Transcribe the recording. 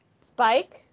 Spike